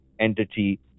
entity